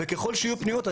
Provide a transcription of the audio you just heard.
וככל שיהיו פניות,